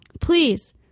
please